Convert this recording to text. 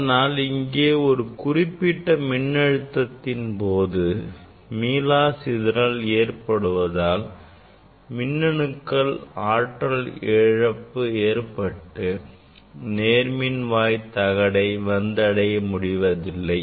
அதனால் இங்கே ஒரு குறிப்பிட்ட மின்னழுத்தத்தின் போது மீளா சிதறல் ஏற்படுவதால் மின்னணுக்கள் ஆற்றல் இழப்பு ஏற்பட்டு நேர்மின்வாய் தகடை வந்தடைய முடிவதில்லை